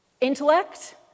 Intellect